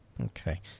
Okay